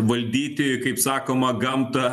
valdyti kaip sakoma gamtą